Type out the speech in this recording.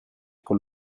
con